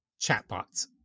chatbots